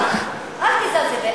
אתה מזלזל בי.